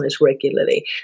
regularly